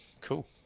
cool